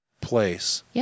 place